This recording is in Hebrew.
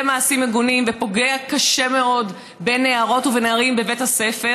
מעשים מגונים ופוגע קשה מאוד בנערות ובנערים בבית הספר,